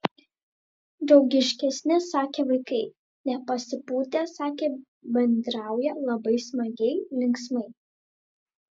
draugiškesni sakė vaikai nepasipūtę sakė bendrauja labai smagiai linksmai